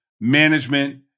management